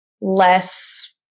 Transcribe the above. less